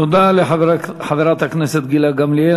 תודה לחברת הכנסת גילה גמליאל.